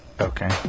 okay